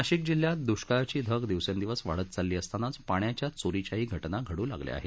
नाशिक जिल्ह्यात दुष्काळाची धग दिवसेंदिवस वाढत चालली असतानाच पाण्याच्या चोरीच्याही घटना घडू लागल्या आहेत